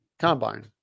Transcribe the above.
Combine